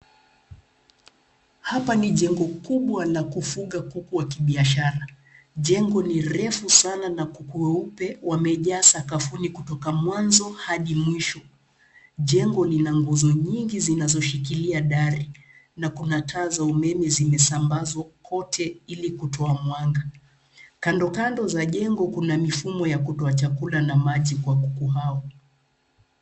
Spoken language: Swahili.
Hapa ni jengo kubwa la kufuga kuku wa kibiashara. Jengo ni refu sana na kuku weupe wamejaa sakafuni kutoka mwanzo hadi mwisho. Jengo lina nguzo nyingi zinazoshikilia dari na kuna taa za umeme zimesambazwa kote ili kutoa mwanga. Kando kando za jengo kuna mifumo ya kutoa chakula na maji kwa kuku hao.